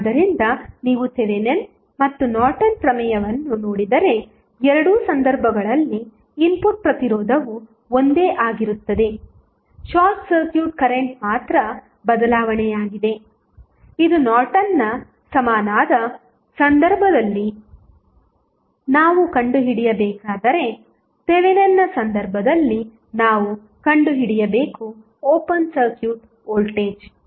ಆದ್ದರಿಂದ ನೀವು ಥೆವೆನಿನ್ ಮತ್ತು ನಾರ್ಟನ್ ಪ್ರಮೇಯವನ್ನು ನೋಡಿದರೆ ಎರಡೂ ಸಂದರ್ಭಗಳಲ್ಲಿ ಇನ್ಪುಟ್ ಪ್ರತಿರೋಧವು ಒಂದೇ ಆಗಿರುತ್ತದೆ ಶಾರ್ಟ್ ಸರ್ಕ್ಯೂಟ್ ಕರೆಂಟ್ ಮಾತ್ರ ಬದಲಾವಣೆಯಾಗಿದೆ ಇದು ನಾರ್ಟನ್ಗೆ ಸಮನಾದ ಸಂದರ್ಭದಲ್ಲಿ ನಾವು ಕಂಡುಹಿಡಿಯಬೇಕಾದರೆ ಥೆವೆನಿನ್ನ ಸಂದರ್ಭದಲ್ಲಿ ನಾವು ಕಂಡುಹಿಡಿಯಬೇಕು ಓಪನ್ ಸರ್ಕ್ಯೂಟ್ ವೋಲ್ಟೇಜ್